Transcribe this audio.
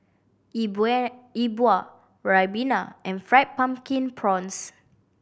E Bua E Bua Ribena and Fried Pumpkin Prawns